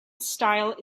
style